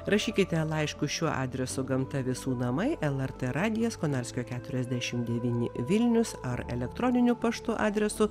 rašykite laiškus šiuo adresu gamta visų namai lrt radijas konarskio keturiasdešim devyni vilnius ar elektroniniu paštu adresu